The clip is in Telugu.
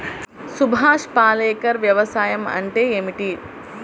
సుభాష్ పాలేకర్ వ్యవసాయం అంటే ఏమిటీ?